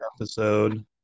episode